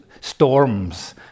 storms